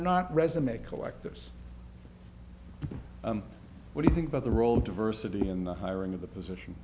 not resume collectors what do you think about the role of diversity in the hiring of the position